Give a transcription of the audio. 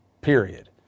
period